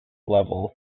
level